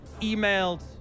emailed